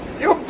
yo